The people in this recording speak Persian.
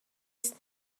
است